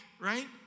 right